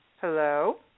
Hello